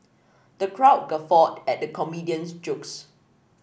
the crowd guffawed at the comedian's jokes